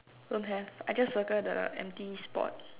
don't have I just circle the empty spot